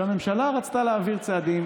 כשהממשלה רצתה להעביר צעדים